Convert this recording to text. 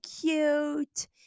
cute